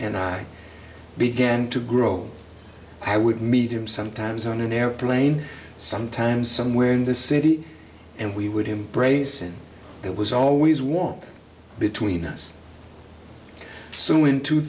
and i began to grow i would meet him sometimes on an airplane sometimes somewhere in the city and we would embrace and it was always want between us so in two